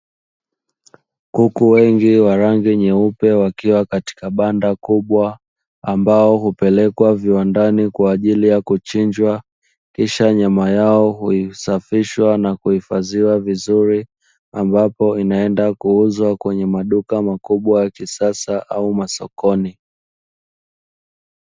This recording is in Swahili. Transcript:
Kuku wengi wa rangi nyeupe wakiwa katika banda kubwa ambao hupelekwa viwandani kwa ajili ya kuchinjwa. Kisha nyama yao husafishwa na kuhifadhiwa vizuri ambapo inaenda kuuzwa kwenye maduka makubwa ya kisasa au masokoni.